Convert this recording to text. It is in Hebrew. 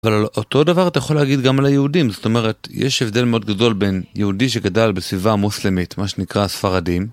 אבל אותו דבר אתה יכול להגיד גם על היהודים, זאת אומרת יש הבדל מאוד גדול בין יהודי שגדל בסביבה מוסלמית, מה שנקרא ספרדים.